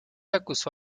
acusó